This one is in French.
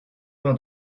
vingt